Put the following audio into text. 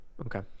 Okay